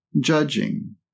judging